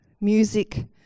music